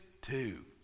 two